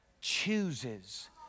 chooses